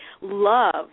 love